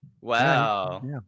Wow